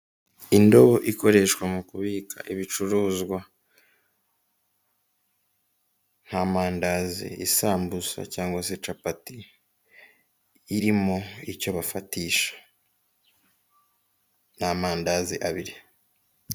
Indobo ikoreshwa mu kubika ibicuruzwa nk'amandazi, isambusa cyangwa se capati, irimo icyo bafatisha n'amandazi abiri.